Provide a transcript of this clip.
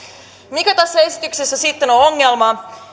mikä tässä esityksessä sitten on ongelma